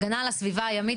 הגנה על הסביבה הימית,